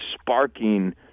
sparking